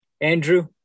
Andrew